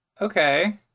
Okay